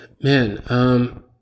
Man